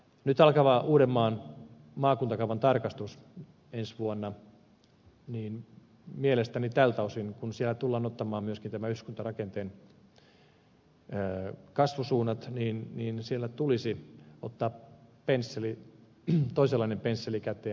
nyt alkavassa uudenmaan maakuntakaavan tarkastuksessa ensi vuonna mielestäni tältä osin kun siellä tullaan ottamaan esiin myöskin yhdyskuntarakenteen kasvusuunnat tulisi ottaa toisenlainen pensseli käteen